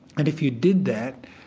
and if you did that,